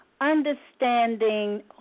understanding